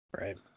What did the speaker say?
Right